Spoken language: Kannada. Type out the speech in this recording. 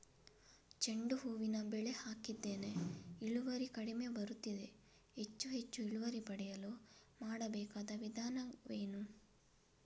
ಚೆಂಡು ಹೂವಿನ ಬೆಳೆ ಹಾಕಿದ್ದೇನೆ, ಇಳುವರಿ ಕಡಿಮೆ ಬರುತ್ತಿದೆ, ಹೆಚ್ಚು ಹೆಚ್ಚು ಇಳುವರಿ ಪಡೆಯಲು ಮಾಡಬೇಕಾದ ವಿಧಾನವೇನು?